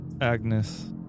Agnes